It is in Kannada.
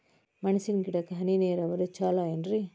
ಮೆಣಸಿನ ಗಿಡಕ್ಕ ಹನಿ ನೇರಾವರಿ ಛಲೋ ಏನ್ರಿ?